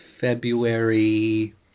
February